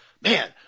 man